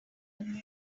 eng